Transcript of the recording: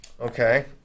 Okay